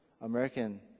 American